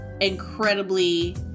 incredibly